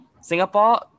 Singapore